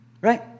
Right